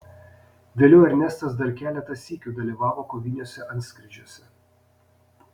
vėliau ernestas dar keletą sykių dalyvavo koviniuose antskrydžiuose